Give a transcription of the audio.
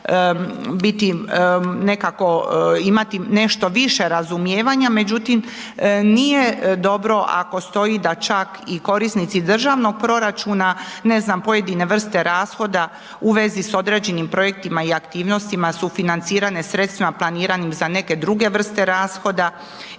biti nekako, imati nešto više razumijevanja, međutim, nije dobro ako stoji da čak i korisnici državnog proračuna, ne znam, pojedine vrste rashoda u vezi s određenim projektima i aktivnostima su financirane sredstvima planiranim za neke druge vrste rashoda